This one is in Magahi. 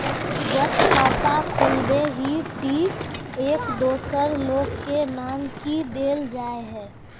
जब खाता खोलबे ही टी एक दोसर लोग के नाम की देल जाए है?